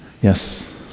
Yes